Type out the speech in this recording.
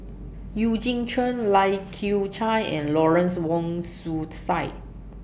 Eugene Chen Lai Kew Chai and Lawrence Wong Shyun Tsai